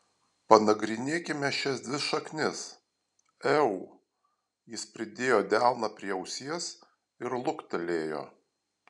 panagrinėkime šias dvi šaknis eu jis pridėjo delną prie ausies ir luktelėjo